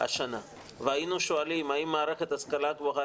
השנה והיינו שואלים האם מערכת ההשכלה הגבוהה